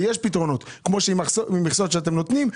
ויש פתרונות כמו המכסות שאתם נותנים.